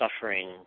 suffering